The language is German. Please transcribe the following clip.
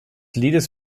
liedes